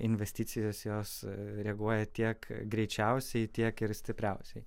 investicijos jos reaguoja tiek greičiausiai tiek ir stipriausiai